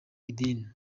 idini